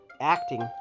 acting